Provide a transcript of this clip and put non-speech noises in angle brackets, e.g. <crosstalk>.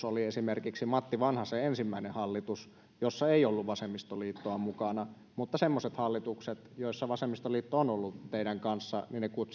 <unintelligible> oli esimerkiksi matti vanhasen ensimmäinen hallitus jossa ei ollut vasemmistoliittoa mukana mutta semmoisia hallituksia joissa vasemmistoliitto on ollut teidän kanssanne